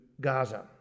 Gaza